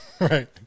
right